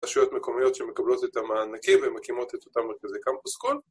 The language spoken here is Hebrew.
‫רשויות מקומיות שמקבלות את המענקים ‫ומקימות את אותם מרכזי קמפוס קול.